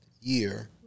year